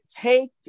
take